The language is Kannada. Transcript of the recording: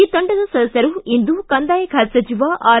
ಈ ತಂಡದ ಸದ್ಯಸರು ಇಂದು ಕಂದಾಯ ಖಾತೆ ಸಚಿವ ಆರ್